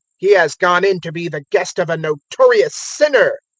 he has gone in to be the guest of a notorious sinner!